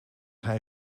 hij